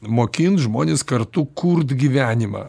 mokint žmones kartu kurt gyvenimą